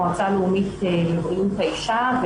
המועצה הלאומית לבריאות האישה,